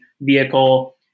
vehicle